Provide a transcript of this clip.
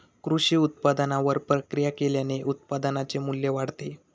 कृषी उत्पादनावर प्रक्रिया केल्याने उत्पादनाचे मू्ल्य वाढते